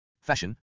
fashion